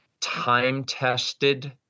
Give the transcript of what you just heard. time-tested